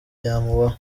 byamubaho